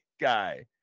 guy